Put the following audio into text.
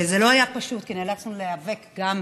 וזה לא היה פשוט, כי נאלצנו להיאבק גם